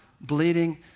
bleeding